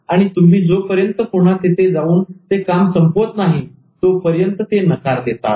आणि तुम्ही जोपर्यंत पुन्हा तिथे जाऊन ते काम संपवत नाही तोपर्यंत ते नकार देतात